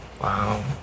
wow